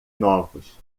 novos